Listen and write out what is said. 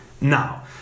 now